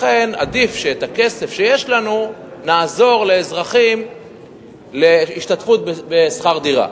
לכן עדיף שבכסף שיש לנו נעזור לאזרחים בהשתתפות בשכר-דירה.